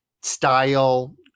style